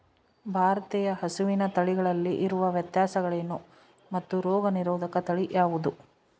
ಭಾರತೇಯ ಹಸುವಿನ ತಳಿಗಳಲ್ಲಿ ಇರುವ ವ್ಯತ್ಯಾಸಗಳೇನು ಮತ್ತು ರೋಗನಿರೋಧಕ ತಳಿ ಯಾವುದು?